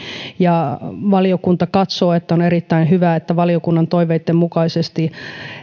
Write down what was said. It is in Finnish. ja valiokunta katsoo että on erittäin hyvä että valiokunnan toiveitten mukaisesti